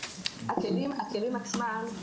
הכלים עצמם,